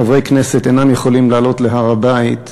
חברי כנסת אינם יכולים לעלות להר-הבית,